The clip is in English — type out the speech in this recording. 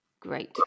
great